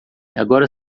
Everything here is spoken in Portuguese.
agora